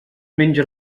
menja